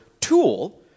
tool